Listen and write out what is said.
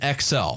XL